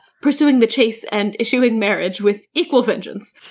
pursuing the chase and issuing marriage with equal vengeance.